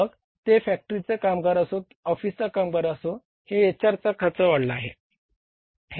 मग ते फॅक्टरीचे कामगार असो ऑफिसचे कामगार आहेत हे HR चा खर्च वाढला आहे